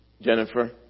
Jennifer